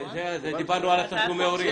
זה דיברנו על תשלומי הורים.